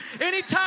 Anytime